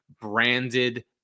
branded